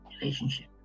relationship